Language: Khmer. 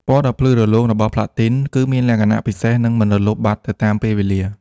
ពណ៌ដ៏ភ្លឺរលោងរបស់ផ្លាទីន គឺមានលក្ខណៈពិសេស និងមិនរលុបបាត់ទៅតាមពេលវេលា។